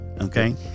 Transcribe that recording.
okay